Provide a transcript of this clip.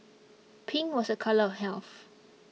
pink was a colour of health